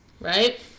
right